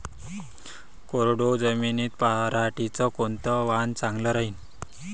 कोरडवाहू जमीनीत पऱ्हाटीचं कोनतं वान चांगलं रायीन?